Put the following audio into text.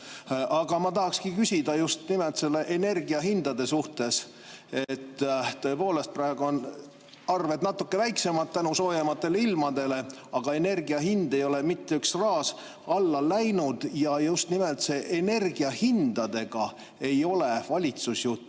Aga ma tahakski küsida just nimelt energiahindade kohta. Tõepoolest, praegu on arved natuke väiksemad tänu soojematele ilmadele, aga energiahind ei ole mitte üks raas alla läinud. Ja just nimelt energiahindadega ei ole valitsus ju